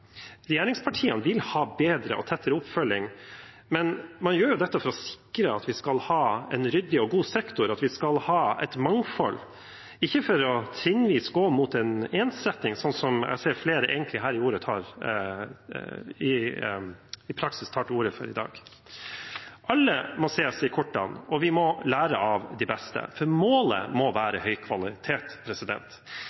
Regjeringspartiene vil ha bedre og tettere oppfølging, men man gjør dette for å sikre at vi skal ha en ryddig og god sektor, at vi skal ha et mangfold – ikke for trinnvis å gå mot en ensretting, slik som jeg hører enkelte i praksis tar til orde for i dag. Alle må ses i kortene, og vi må lære av de beste, for målet må